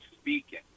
speaking